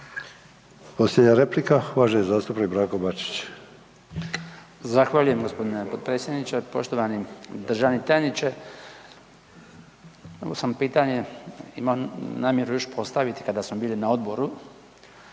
Posljednja replika uvaženi zastupnik Branko Bačić.